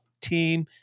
team